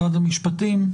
משרד המשפטים,